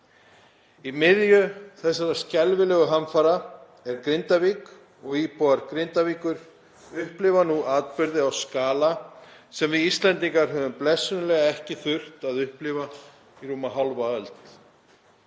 Í miðju þessara skelfilegu hamfara er Grindavík og íbúar Grindavíkur upplifa nú atburði á skala sem við Íslendingar höfum blessunarlega ekki þurft að upplifa í rúma hálfa öld.